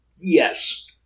yes